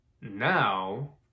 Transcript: now